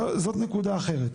זאת נקודה אחרת.